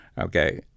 Okay